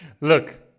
Look